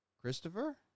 Christopher